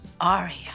Aria